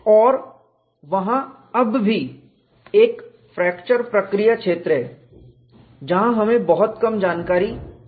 और वहां अब भी एक फ्रैक्चर प्रक्रिया क्षेत्र है जहां हमें बहुत कम जानकारी पता है